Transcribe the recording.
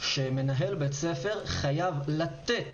שמנהל בית ספר חייב לתת